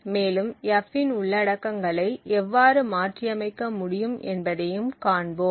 மேலும் f இன் உள்ளடக்கங்களை எவ்வாறு மாற்றியமைக்க முடியும் என்பதையும் காண்போம்